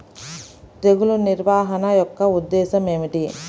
తెగులు నిర్వహణ యొక్క ఉద్దేశం ఏమిటి?